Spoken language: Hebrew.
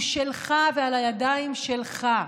הוא שלך ועל הידיים שלך.